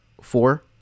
four